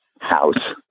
house